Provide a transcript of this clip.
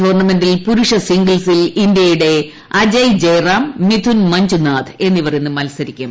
ടൂർണ്മെന്റിൽ പുരുഷ സിംഗിൾസിൽ ഇന്ത്യയുടെ അജയ് ജയറാം മിഥുൻ മഞ്ജുനാഥ് എന്നിവർ ഇന്ന് മത്സരിക്കും